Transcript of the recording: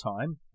time